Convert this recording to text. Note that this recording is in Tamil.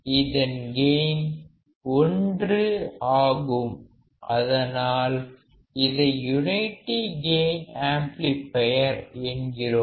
இதன் கெயின் 1 ஆகும் அதனால் இதை யுனைட்டி கெயின் ஆம்ப்ளிபையர் என்கிறோம்